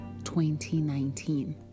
2019